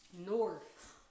north